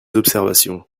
observations